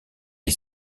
est